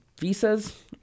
visas